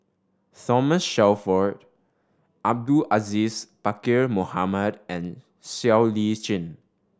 Thomas Shelford Abdul Aziz Pakkeer Mohamed and Siow Lee Chin